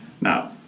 Now